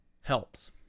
helps